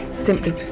simply